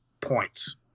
points